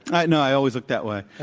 and i always look that way.